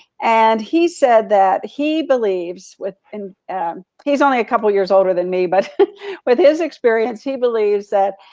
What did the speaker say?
and he said that he believes with and he's only a couple years older than me, but with his experience, he believes that,